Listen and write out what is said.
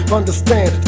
understand